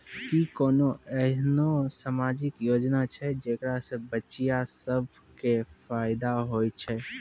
कि कोनो एहनो समाजिक योजना छै जेकरा से बचिया सभ के फायदा होय छै?